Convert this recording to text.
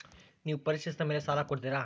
ನೇವು ಪರಿಶೇಲಿಸಿದ ಮೇಲೆ ಸಾಲ ಕೊಡ್ತೇರಾ?